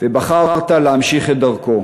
ובחרת להמשיך את דרכו,